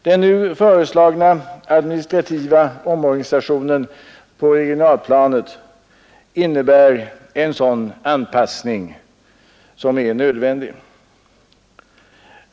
Den nu föreslagna administrativa omorganisationen på regionalplanet innebär en sådan nödvändig anpassning.